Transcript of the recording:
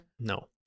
No